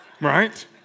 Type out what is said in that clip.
right